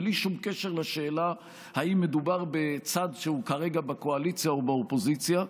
בלי שום קשר לשאלה אם מדובר בצד שהוא כרגע בקואליציה או באופוזיציה,